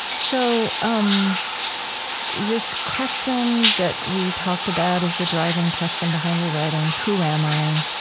so um this question that we talked about as the driving question behind your writing, who am i?